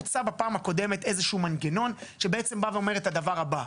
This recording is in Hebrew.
הוצע בפעם הקודמת איזשהו מנגנון שבעצם בא ואומר את הדבר הבא,